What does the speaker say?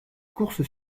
course